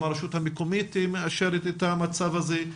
גם הרשות המקומית מאשרת את המצב הזה,